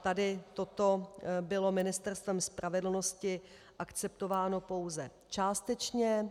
Tady toto bylo Ministerstvem spravedlnosti akceptováno pouze částečně.